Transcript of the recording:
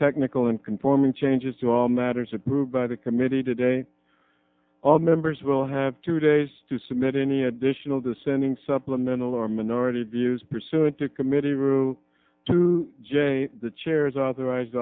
technical and conforming changes to all matters approved by the committee today all members will have two days to submit any additional dissenting supplemental or minority views pursuant to committee rule two j the chair is authorized